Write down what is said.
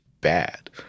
bad